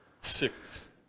six